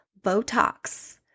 Botox